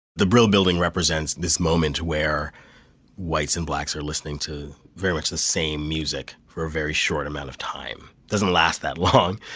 the brill building represents this moment where whites and blacks are listening to very much the same music for a very short amount of time. it doesn't last that long,